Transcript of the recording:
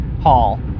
hall